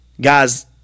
guys